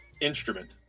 instrument